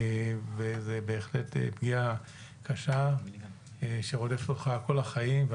ובהחלט היא פגיעה קשה שרודפת אותך כל החיים.